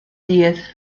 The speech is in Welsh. dydd